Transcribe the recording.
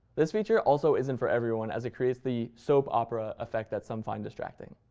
this feature also isn't for everyone, as it creates the soap opera effect that some find distracting.